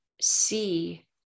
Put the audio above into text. see